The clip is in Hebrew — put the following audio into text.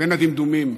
בין הדמדומים.